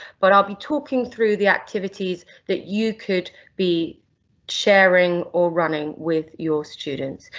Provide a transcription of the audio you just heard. but i'll be talking through the activities that you could be sharing or running with your students,